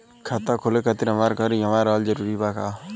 खाता खोले खातिर हमार घर इहवा रहल जरूरी बा का?